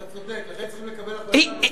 אתה צודק, לכן צריכים לקבל החלטה נוספת.